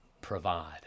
provide